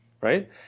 right